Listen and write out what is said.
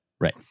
right